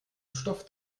stoff